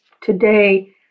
today